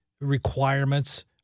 requirements